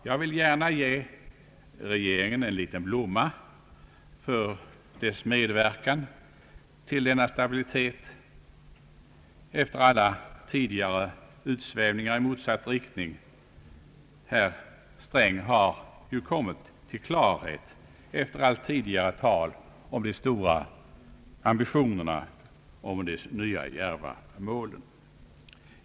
Jag vill gärna ge regeringen en liten blomma för dess medverkan till denna stabilitet efter alla tidigare utsvävningar i motsatt riktning. Herr Sträng har ju kommit till klarhet efter allt tidigare tal om de stora ambitionerna, om de nya, djärva målen.